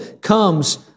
comes